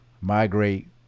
migrate